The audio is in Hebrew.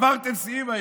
שברתם שיאים היום,